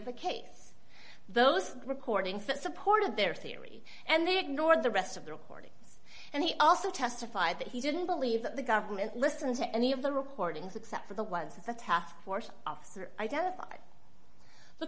the case those recordings that supported their theory and they ignored the rest of the requests and he also testified that he didn't believe that the government listened to any of the recordings except for the ones that the task force officer identified the